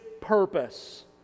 purpose